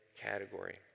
category